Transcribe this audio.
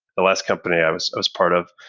the last company i was i was part of.